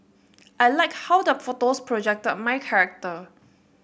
I like how the photos projected my character